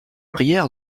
prière